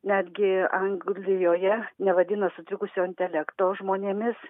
netgi anglijoje nevadina sutrikusio intelekto žmonėmis